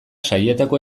sailetako